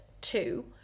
two